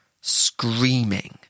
screaming